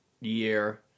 year